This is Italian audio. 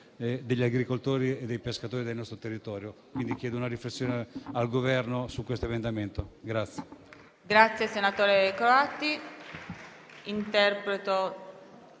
degli agricoltori e dei pescatori del nostro territorio, quindi chiedo una riflessione al Governo sull'emendamento.